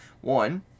One